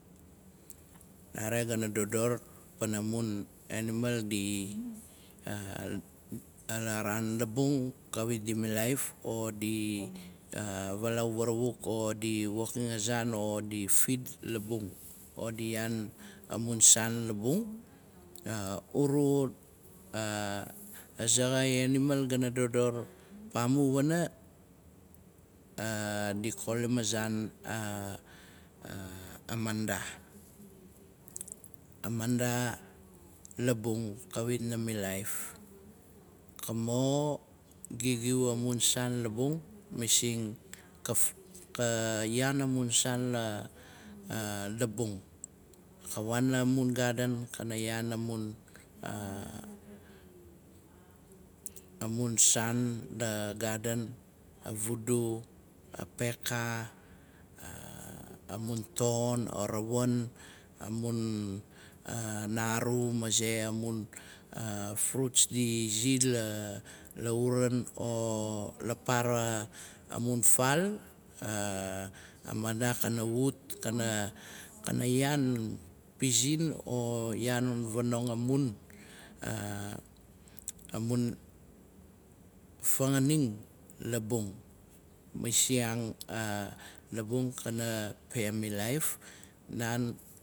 Nare gana dodor pana mun enimal dilaraan. Labung kawit di milaif, o di valaau varauk, o di woking a zaan, o di fit labung, o di iyaan amun labung. Uru, azaxai enimal gana dodor pamu wana, di kolim azaan a- a- amanda. A manda labung kawit na- i milaif, ka mo gigiu amun saan labung masing, ka iyaan amun saan la- labung. Ka waan la mun gaden, kana yaan amun saan la gaden, a vudu, a peka, amun ton, o rawan, anaanru maze amun fruts di izi lauran o la para mun faal, a manda, kana wut kana iyaan pizino iyaan fanong amun fanganing labung. Masiang, labung kana pe milaif naan.